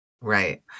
Right